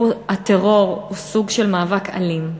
הטרור הוא סוג של מאבק אלים,